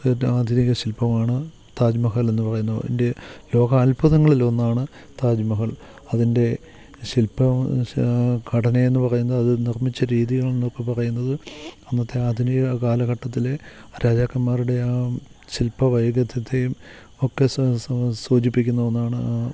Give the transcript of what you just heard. ആധുനിക ശിൽപ്പമാണ് താജ് മഹലെന്നു പറയുന്നത് അതിന്റെ ലോകാത്ഭുതങ്ങളിലൊന്നാണ് താജ് മഹൽ അതിൻ്റെ ശിൽപ്പം ഘടനയെന്നു പറയുന്നു അതു നിർമ്മിച്ച രീതികൾ എന്നൊക്കെ പറയുന്നത് അന്നത്തെ ആധുനിക കാലഘട്ടത്തിൽ രാജാക്കന്മാരുടെയാണ് ശിൽപ്പ ഒക്കെ സൂചിപ്പിക്കുന്ന ഒന്നാണ്